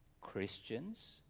Christians